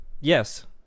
Yes